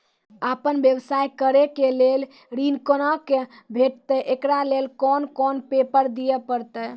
आपन व्यवसाय करै के लेल ऋण कुना के भेंटते एकरा लेल कौन कौन पेपर दिए परतै?